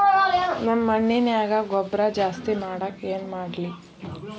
ನಮ್ಮ ಮಣ್ಣಿನ್ಯಾಗ ಗೊಬ್ರಾ ಜಾಸ್ತಿ ಮಾಡಾಕ ಏನ್ ಮಾಡ್ಲಿ?